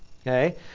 Okay